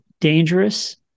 dangerous